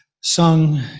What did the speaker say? sung